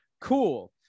Cool